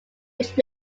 which